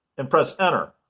and press enter.